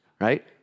right